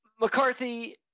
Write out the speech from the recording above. McCarthy –